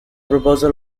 proposal